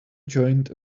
joined